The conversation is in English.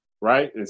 right